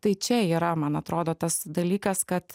tai čia yra man atrodo tas dalykas kad